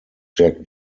jack